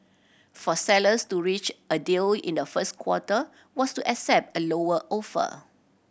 for sellers to reach a deal in the first quarter was to accept a lower offer